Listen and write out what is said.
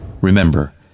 Remember